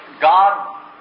God